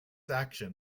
action